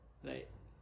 like